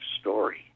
story